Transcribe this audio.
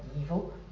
evil